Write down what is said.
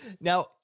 now